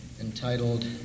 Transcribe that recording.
entitled